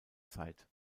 zeit